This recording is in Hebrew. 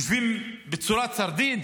יושבים בצורת סרדין.